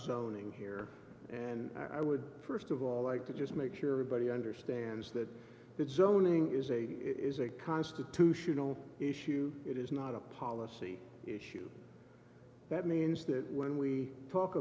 zoning here and i would first of all i could just make sure everybody understands that it's zoning is a is a constitutional issue it is not a policy issue that means that when we talk